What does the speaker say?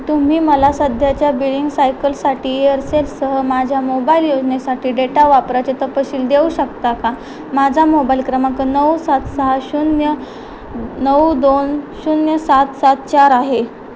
तुम्ही मला सध्याच्या बिलिंग सायकलसाठी एअरसेलसह माझ्या मोबाईल योजनेसाठी डेटा वापराचे तपशील देऊ शकता का माझा मोबाईल क्रमांक नऊ सात सहा शून्य नऊ दोन शून्य सात सात चार आहे